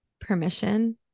permission